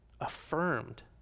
affirmed